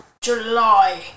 July